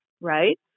right